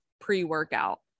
pre-workout